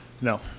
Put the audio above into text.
No